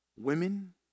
women